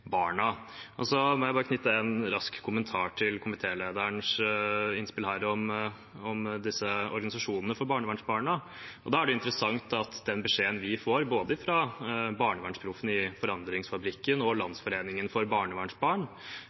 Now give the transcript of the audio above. barna. Så må jeg bare knytte en rask kommentar til komitélederens innspill her om disse organisasjonene for barnevernsbarna. Da er det interessant at den beskjeden vi får fra både BarnevernsProffene i Forandringsfabrikken og Landsforeningen for barnevernsbarn,